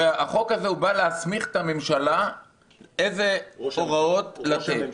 הרי החוק הזה בא להסמיך את הממשלה איזה הוראות לתת.